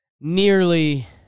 nearly